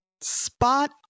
spot